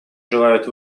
желают